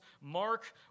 Mark